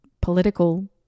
political